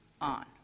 on